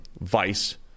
Vice